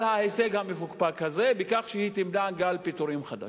ההישג המפוקפק הזה בכך שהיא תמנע גל פיטורים חדש.